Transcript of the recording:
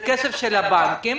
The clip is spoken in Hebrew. זה כסף של הבנקים,